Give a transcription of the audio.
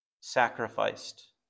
sacrificed